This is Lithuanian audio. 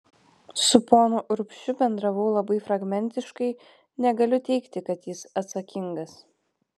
su ponu urbšiu bendravau labai fragmentiškai negaliu teigti kad jis atsakingas